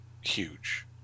huge